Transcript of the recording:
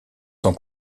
sont